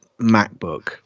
MacBook